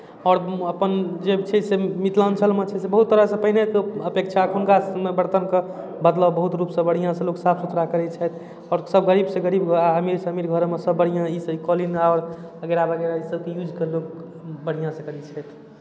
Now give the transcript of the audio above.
आओर अपन जे छै से मिथिलाञ्चलमे छै से बहुत तरहसँ पहिनेके अपेक्षा एखुनका समय बरतनके बदलाव बहुत रूपसँ बढ़िआँसँ लोक साफ सुथरा करै छथि आओरसभ गरीबसँ गरीब हुए आ अमीरसँ अमीर घरेमे सभ बढ़िआँ ईसँ कोलीन आओर अगैरह वगैरह ईसभके यूज लोक बढ़िआँसँ करै छथि